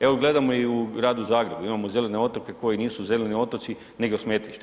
Evo gledamo i u gradu Zagrebu, imamo zelene otoke koji nisu zeleni otoci nego smetlište.